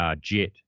Jet